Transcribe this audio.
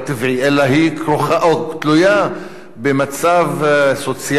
אלא היא תלויה במצב סוציאלי,